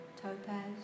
topaz